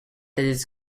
his